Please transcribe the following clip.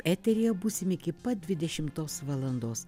eteryje būsim iki pat dvidešimtos valandos